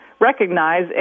recognize